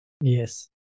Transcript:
Yes